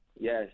Yes